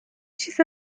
چیز